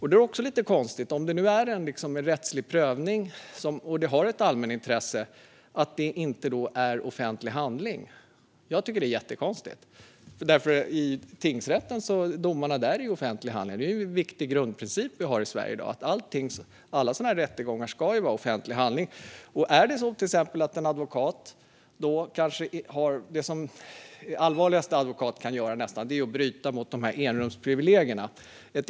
Det är också lite konstigt - om det nu är en rättslig prövning och det har ett allmänintresse - att det inte blir en offentlig handling. Jag tycker att det är jättekonstigt. I tingsrätten är domarna offentliga handlingar. Det är en viktig grundprincip vi har i Sverige i dag. Det ska vara offentliga handlingar när det gäller alla sådana här rättegångar. Nästan det allvarligaste advokater kan göra är att bryta mot enrumsprivilegierna.